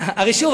שוב,